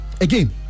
Again